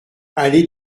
allée